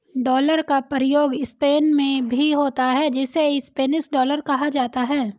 dollar का प्रयोग Spain में भी होता है जिसे स्पेनिश डॉलर कहा जाता है